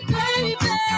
baby